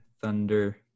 Thunder